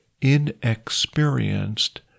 inexperienced